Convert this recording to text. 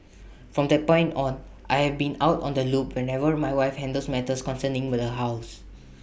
from that point on I have been out on the loop whenever my wife handles matters concerning the house